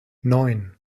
neun